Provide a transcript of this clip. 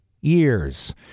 years